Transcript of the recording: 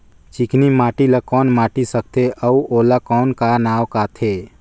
चिकनी माटी ला कौन माटी सकथे अउ ओला कौन का नाव काथे?